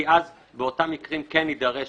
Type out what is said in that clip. כי אז, באותם מקרים, כן יידרש